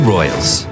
Royals